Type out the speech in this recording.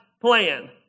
plan